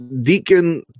Deacon